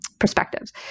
perspectives